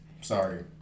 sorry